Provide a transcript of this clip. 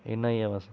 इन्ना ही ऐ बस